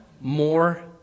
more